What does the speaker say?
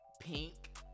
pink